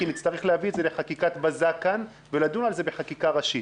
כי נצטרך להביא את זה לחקיקת בזק כאן ולדון על זה בחקיקה ראשית.